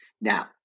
Now